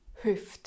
Hüft